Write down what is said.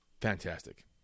fantastic